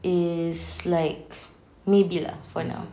is like maybe lah for now